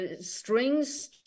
Strings